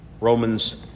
Romans